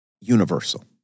universal